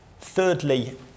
Thirdly